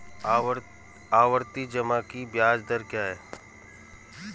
आवर्ती जमा की ब्याज दर क्या है?